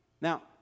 Now